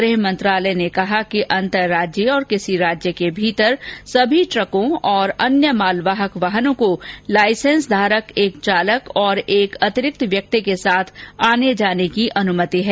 गृह मंत्रालय ने कहा कि अंतरराज्यीय और किसी राज्य के भीतर सभी ट्रकों और अन्य मालवाहक वाहनों को लाइसेंसधारक एक चालक और एक अतिरिक्त व्यक्ति के साथ आने जाने की अनुमति है